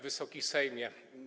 Wysoki Sejmie!